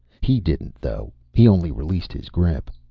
he didn't though he only released his grip.